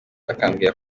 akambwira